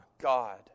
God